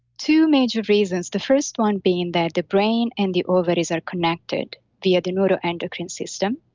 two major reasons. the first one being that the brain and the ovaries are connected via the neuroendocrine system.